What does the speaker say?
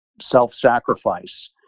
self-sacrifice